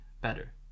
better